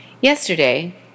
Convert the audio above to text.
Yesterday